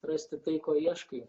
rasti tai ko ieškai